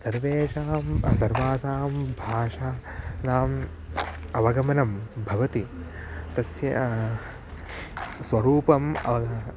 सर्वेषां सर्वासां भाषाणाम् अवगमनं भवति तस्य स्वरूपम् अवग